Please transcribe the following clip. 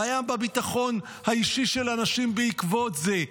בעיה בביטחון האישי של אנשים בעקבות זה.